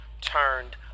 turned